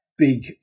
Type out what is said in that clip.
Big